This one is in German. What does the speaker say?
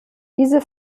diese